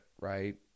right